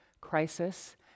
crisis